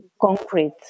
concrete